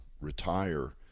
retire